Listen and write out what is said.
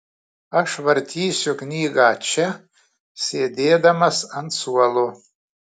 aš vartysiu knygą čia sėdėdamas ant suolo